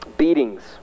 Beatings